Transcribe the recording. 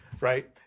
Right